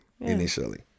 initially